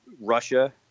Russia